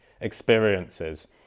experiences